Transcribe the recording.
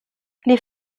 les